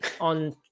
on